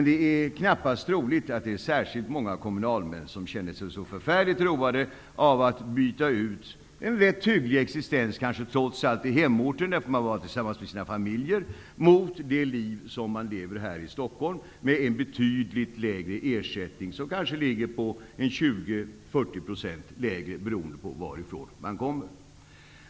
Det är knappast troligt att det är särskilt många kommunalmän som känner sig roade av att byta ut en, trots allt, ganska hygglig existens på hemorten -- där man får vara tillsammans med sin familj -- mot det liv som man lever här i Stockholm med en betydligt lägre ersättning. Den ligger kanske 20-40 % lägre beroende på varifrån man kommer.